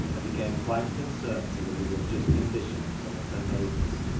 and became quite concerned for the religious condition of some of her neighbours,